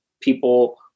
people